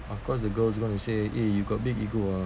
of course the girl is gonna say eh you got big ego ah